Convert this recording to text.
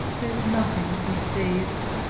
there's nothing to be saved.